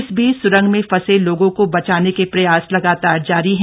इस बीच स्रंग में फंसे लोगों को बचाने के प्रयास लगातार जारी हैं